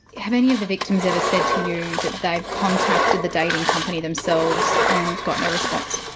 have any of the victims ever said to you that they've contacted the dating company themselves and got no response?